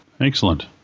Excellent